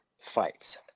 fights